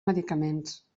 medicaments